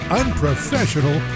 unprofessional